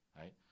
right